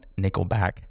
Nickelback